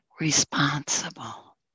responsible